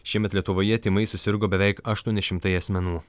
šiemet lietuvoje tymais susirgo beveik aštuoni šimtai asmenų